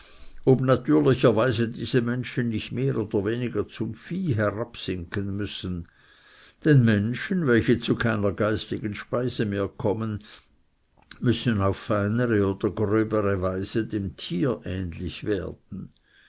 ob natürlicherweise diese menschen nicht mehr oder weniger zum vieh herabsinken müssen denn menschen welche zu keiner geistigen speise mehr kommen müssen auf feinere oder gröbere weise dem tiere ähnlich werden